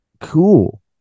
cool